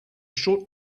short